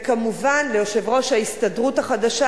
וכמובן ליושב-ראש ההסתדרות החדשה,